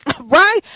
right